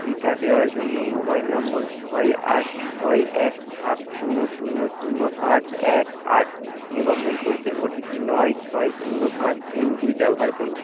টিকা দেওয়ার জন্য মোবাইল নম্বর ছয় আট ছয় এক সাত শূন্য শূন্য শূন্য পাঁচ এক আট নিবন্ধন করতে ওটিপি নয় ছয় শূন্য পাঁচ তিন দুই ব্যবহার করুন